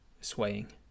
swaying